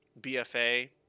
BFA